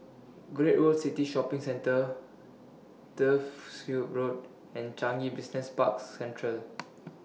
Great World City Shopping Center Turfs Ciub Road and Changi Business Park Central